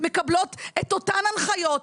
מקבלות את אותן הנחיות,